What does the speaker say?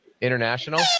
international